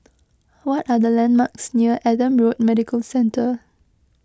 what are the landmarks near Adam Road Medical Centre